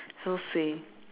so suay